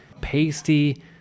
pasty